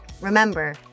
remember